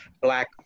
Black